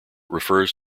refers